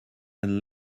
and